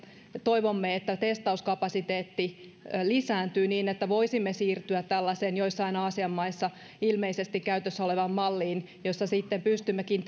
toivomme että testauskapasiteetti lisääntyy niin että voisimme siirtyä tällaiseen ilmeisesti joissain aasian maissa käytössä olevaan malliin jossa sitten pystymmekin